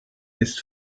ist